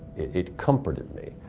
it comforted me